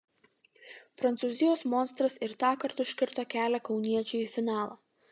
prancūzijos monstras ir tąkart užkirto kelią kauniečiui į finalą